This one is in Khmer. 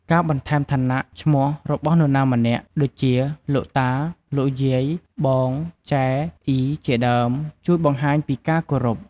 ការបន្ថែមឋានៈឈ្មោះរបស់នរណាម្នាក់ដូចជា លោកតា លោកយាយ បង ចែ អុី ជាដើម ជួយបង្ហាញពីការគោរព។